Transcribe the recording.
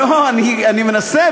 לא, אני מנסה.